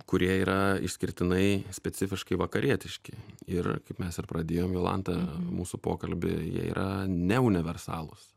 kurie yra išskirtinai specifiškai vakarietiški ir kaip mes ir pradėjom jolanta mūsų pokalbį jie yra neuniversalūs